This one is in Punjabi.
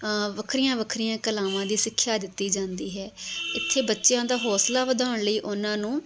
ਵੱਖਰੀਆਂ ਵੱਖਰੀਆਂ ਕਲਾਵਾਂ ਦੀ ਸਿੱਖਿਆ ਦਿੱਤੀ ਜਾਂਦੀ ਹੈ ਇੱਥੇ ਬੱਚਿਆਂ ਦਾ ਹੌਂਸਲਾ ਵਧਾਉਣ ਲਈ ਉਹਨਾਂ ਨੂੰ